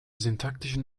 syntaktischen